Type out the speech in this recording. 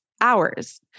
Hours